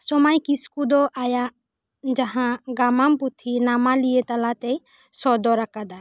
ᱥᱚᱢᱟᱭ ᱠᱤᱥᱠᱩ ᱫᱚ ᱟᱭᱟᱜ ᱢᱟᱦᱟᱸ ᱜᱟᱢᱟᱢ ᱯᱩᱛᱷᱤ ᱱᱟᱢᱟᱞᱤᱭᱟᱹ ᱛᱟᱞᱟ ᱛᱮᱭ ᱥᱚᱫᱚᱨ ᱟᱠᱟᱫᱟᱭ